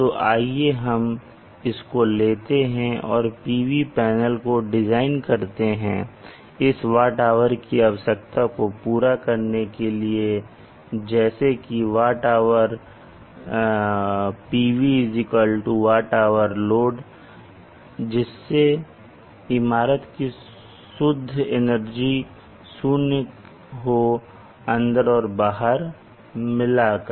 तो आइए हम इसको लेते हैं और PV पैनलों को डिज़ाइन करते हैं इस वाट आवर की आवश्यकता को पूरा करने के लिए जैसे कि WH PV WH load जिससे इमारत की शुद्ध एनर्जी शून्य हो अंदर और बाहर मिलाकर